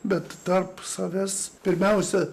bet tarp savęs pirmiausia